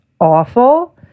awful